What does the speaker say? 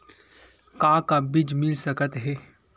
का का बीज मिल सकत हे?